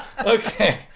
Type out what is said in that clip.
Okay